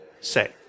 say